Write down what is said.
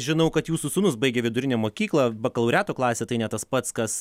žinau kad jūsų sūnus baigė vidurinę mokyklą bakalauriato klasę tai ne tas pats kas